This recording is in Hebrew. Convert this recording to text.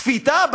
שפיטה.